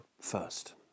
first